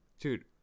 dude